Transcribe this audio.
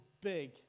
Big